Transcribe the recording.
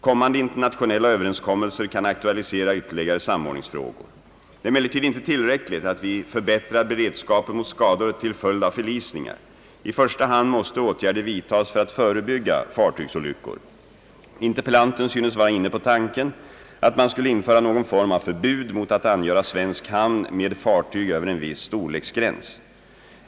Kommande «internationella överenskommelser kan aktualisera ytterligare samordningsfrågor. Det är emellertid inte tillräckligt att vi förbättrar beredskapen mot skador till följd av förlisningar. I första hand måste åtgärder vidtas för att förebygga fartygsolyckor. Interpellanten synes vara inne på tanken att man skulle införa någon form av förbud mot att angöra svensk hamn med fartyg över en viss storleksgräns.